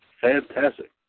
fantastic